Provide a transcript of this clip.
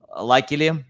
Luckily